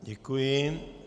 Děkuji.